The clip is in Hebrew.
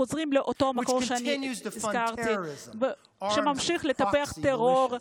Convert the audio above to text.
מגיעים מהמקור הזה, שממשיך לטפח טרור,